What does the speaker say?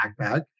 backpack